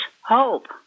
hope